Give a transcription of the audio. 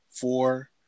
four